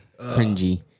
Cringy